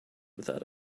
without